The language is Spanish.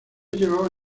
llevaba